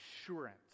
assurance